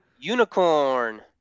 Unicorn